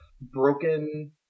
broken